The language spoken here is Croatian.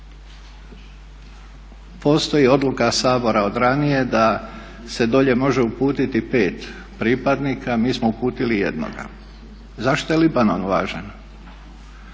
Postoji odluka Sabora od ranije da se dolje može uputiti 5 pripadnika, mi smo uputili 1. Zašto je Libanon važan?